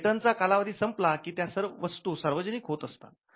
पेटंटचा कालावधी संपला की त्या वस्तू सार्वजनिक होत असतात